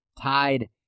tied